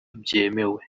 byemewe